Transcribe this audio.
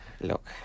look